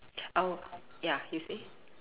oh ya you say